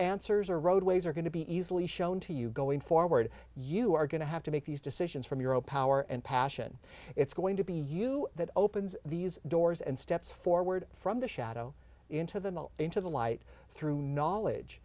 answers are roadways are going to be easily shown to you going forward you are going to have to make these decisions from your own power and passion it's going to be you that opens these doors and steps forward from the shadow into the mill into the light through knowledge